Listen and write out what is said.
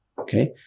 okay